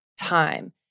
time